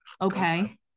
Okay